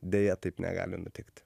deja taip negali nutikti